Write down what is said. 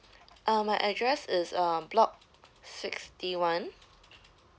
uh my address is uh block sixty one